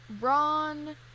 Ron